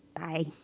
Bye